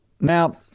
Now